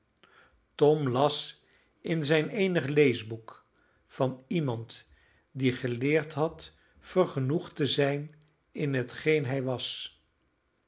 tom las in zijn eenig leesboek van iemand die geleerd had vergenoegd te zijn in hetgeen hij was